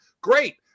Great